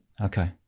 Okay